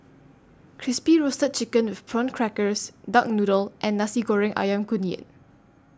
Crispy Roasted Chicken with Prawn Crackers Duck Noodle and Nasi Goreng Ayam Kunyit